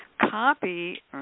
copy